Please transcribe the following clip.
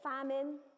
famine